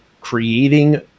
creating